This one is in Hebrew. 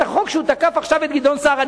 את החוק שהוא תקף בגללו עכשיו את גדעון סער.